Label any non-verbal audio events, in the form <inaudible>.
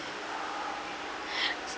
<breath>